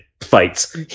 fights